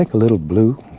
like little blue